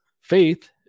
faith